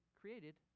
created